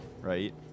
right